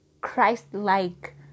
Christ-like